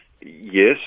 Yes